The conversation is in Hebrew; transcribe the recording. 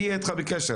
אני אהיה איתך בקשר.